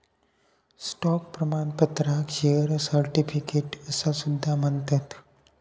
stock प्रमाणपत्राक share certificate असा सुद्धा म्हणतत